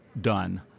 done